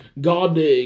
God